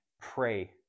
pray